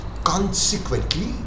Consequently